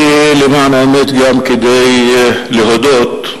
כי למען האמת, גם כדי להודות,